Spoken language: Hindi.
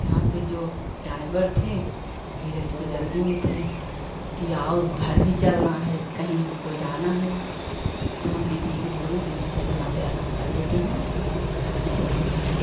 यहाँ पे जो डाईवर थे वही रेज को जल्दी में थे कि आओ घर भी चलना है कहीं हमको जाना है तो हम दीदी से बोले दीदी चलो यहाँ पे आराम कर लेते हैं तब चलेंगे